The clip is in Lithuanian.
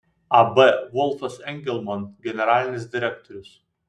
ab volfas engelman generalinis direktorius